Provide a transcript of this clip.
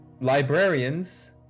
librarians